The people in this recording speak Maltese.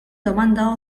domanda